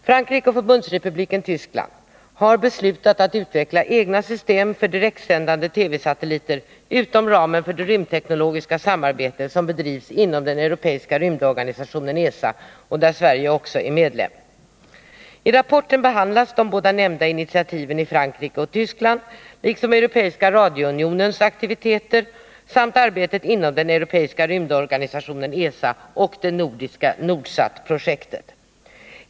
Frankrike och Förbundsrepubliken Tyskland har beslutat att utveckla egna system för direktsändande TV-satelliter utom ramen för det rymdteknologiska samarbete som bedrivs inom den europeiska rymdorganisationen ESA, där Sverige också är medlem. I rapporten behandlades de båda nämnda initiativen i Frankrike och Tyskland, Europeiska radiounionens aktiviteter, arbetet inom den europeiska rymdorganisationen ESA samt det nordiska Nordsatprojektet.